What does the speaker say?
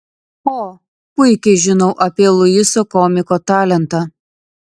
o puikiai žinau apie luiso komiko talentą